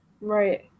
Right